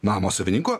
namo savininko